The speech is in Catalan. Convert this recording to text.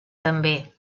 també